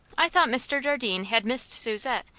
i thought mr. jardine had missed susette,